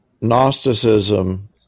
Gnosticism